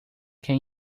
can